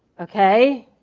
okay.